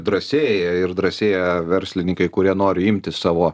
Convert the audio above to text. drąsėja ir drąsėja verslininkai kurie nori imti savo